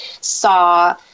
saw